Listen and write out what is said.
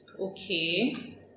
Okay